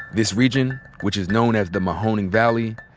this region, which is known as the mahoning valley,